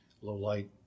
low-light